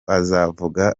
azavuga